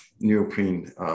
neoprene